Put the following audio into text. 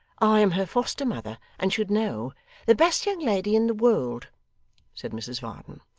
i am her foster-mother, and should know the best young lady in the world said mrs varden.